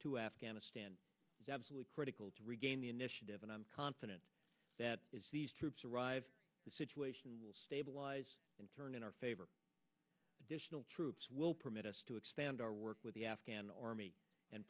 to afghanistan absolutely critical to regain the initiative and i'm confident that is these troops arrive the situation will stabilize and turn in our favor additional troops will permit us to expand our work with the afghan army and